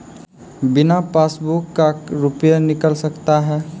बिना पासबुक का रुपये निकल सकता हैं?